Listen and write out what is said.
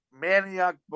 manioc